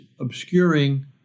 obscuring